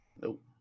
Nope